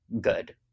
good